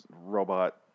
robot